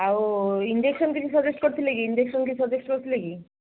ଆଉ ଇଞ୍ଜେକ୍ସନ୍ କିଛି ସଜେଷ୍ଟ୍ କରିଥିଲେ କି ଇଞ୍ଜେକ୍ସନ୍ କିଛି ସଜେଷ୍ଟ୍ କରିଥିଲେ କି